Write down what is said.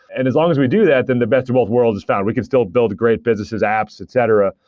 and as long as we do that, then the best of both worlds is fine. we can still build great businesses, apps, etc,